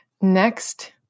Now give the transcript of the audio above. Next